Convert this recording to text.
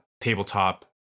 tabletop